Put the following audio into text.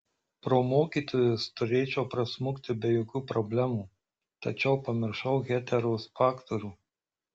pro mokytojus turėčiau prasmukti be jokių problemų tačiau pamiršau heteros faktorių